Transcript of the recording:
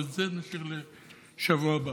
אבל את זה נשאיר לשבוע הבא.